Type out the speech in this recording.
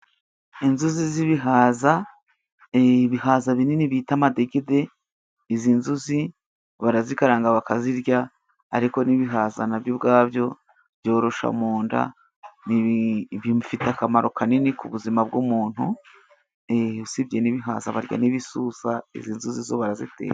Inzuzi z'ibihaza, ibihaza binini bita amadegede. Izi nzuzi barazikaranga bakazirya, ariko n'ibihaza na byo ubwabyo byorosha mu nda. Ni bii bifite akamaro kanini ku buzima bw'umuntu, ee usibye n'ibihaza barya n'ibisusa, izi nzuzi zo barazitera.